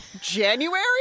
January